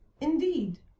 Indeed